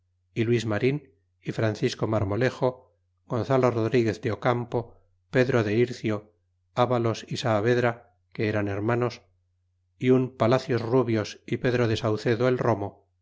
y luis mann y francisco marmolejo gonzalo rodriguez de ocampo pedro de ircio avalos y saavedra que eran hermanos y un palacios rubios y pedro de saucedo el romo